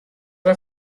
vai